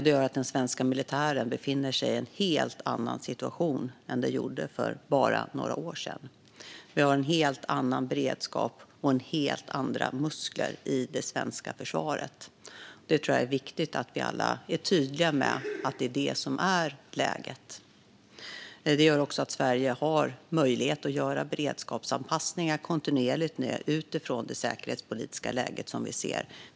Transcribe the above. Det gör att den svenska militären befinner sig i en helt annan situation än den gjorde för bara några år sedan. Vi har en helt annan beredskap och helt andra muskler i det svenska försvaret. Det är viktigt att vi alla är tydliga med att det är det som är läget. Det gör också att Sverige har möjlighet att kontinuerligt göra beredskapsanpassningar utifrån det säkerhetspolitiska läge som vi ser.